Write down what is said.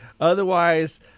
otherwise